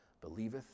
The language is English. believeth